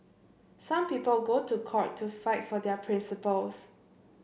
some people go to court to fight for their principles